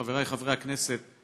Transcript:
חבריי חברי הכנסת,